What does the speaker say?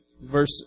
Verse